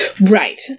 Right